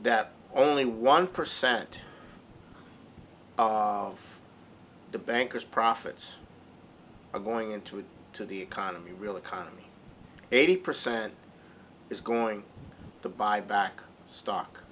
that only one percent of the bankers profits are going into it to the economy real economy eighty percent is going to buy back stock